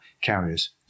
carriers